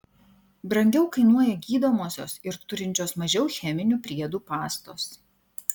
brangiau kainuoja gydomosios ir turinčios mažiau cheminių priedų pastos